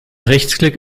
rechtsklick